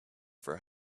for